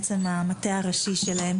בעצם המטה הראשי שלהם